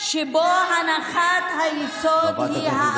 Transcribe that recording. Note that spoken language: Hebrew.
שבו הנחת, חברת הכנסת